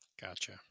Gotcha